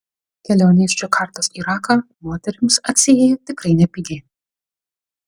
kelionė iš džakartos į raką moterims atsiėjo tikrai nepigiai